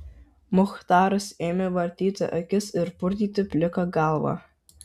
muchtaras ėmė vartyti akis ir purtyti pliką galvą